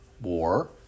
War